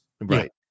Right